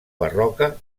barroca